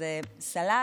שזה סלט.